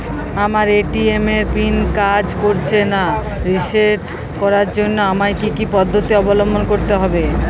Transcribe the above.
আমার এ.টি.এম এর পিন কাজ করছে না রিসেট করার জন্য আমায় কী কী পদ্ধতি অবলম্বন করতে হবে?